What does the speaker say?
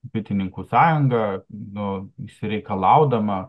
bitininkų sąjunga nu išsireikalaudama